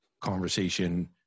conversation